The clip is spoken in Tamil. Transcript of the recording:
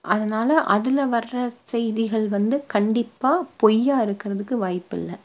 அதனால் அதில் வர்ற செய்திகள் வந்து கண்டிப்பாக பொய்யாக இருக்கிறதுக்கு வாய்ப்பில்லை